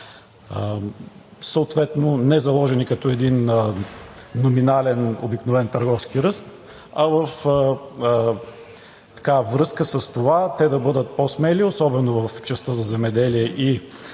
съответно не заложени като един номинален обикновен търговски ръст, а във връзка с това те да бъдат по-смели, особено в частта за земеделие и